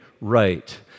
right